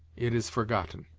it is forgotten.